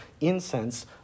incense